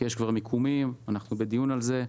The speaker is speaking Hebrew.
יש כבר מיקומים, אנחנו בדיון על זה,